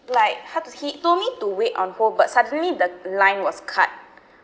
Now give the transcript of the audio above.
like how to he told me to wait on hold but suddenly the line was cut